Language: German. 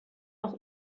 auch